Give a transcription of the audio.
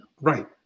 Right